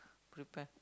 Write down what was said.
prepare